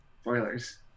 Spoilers